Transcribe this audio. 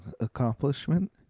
accomplishment